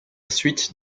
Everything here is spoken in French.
suite